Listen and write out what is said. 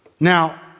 Now